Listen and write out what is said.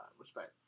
respect